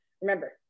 remember